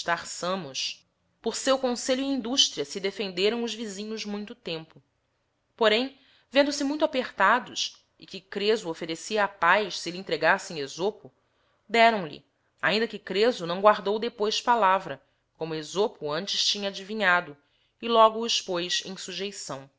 samos por seu conselho e industria se defenderão os visinhos muito tempo porém vendose muito apertados e que creso offerecia a paz se lhe entregassem esopo derão lho ainda que creso não guardou depois paltivra como esopo antes tinha adivinhado e logo os poz em sujeição